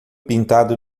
pintado